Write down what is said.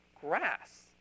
grass